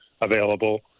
available